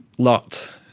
lots.